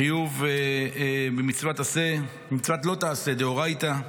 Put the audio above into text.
חיוב במצוות לא תעשה דאורייתא,